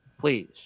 please